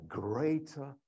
greater